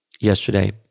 yesterday